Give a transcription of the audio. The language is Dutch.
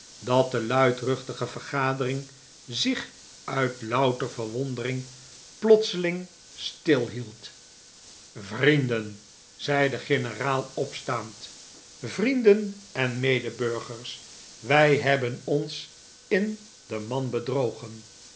dat de luidruchtige vergadering zich uit louter verwondering plotseling stilhield onverwachte populariteit vrienden zei de generaal opstaand vrienden en medeburgers wij hebben ons in den man bedrogen